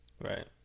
Right